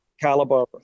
caliber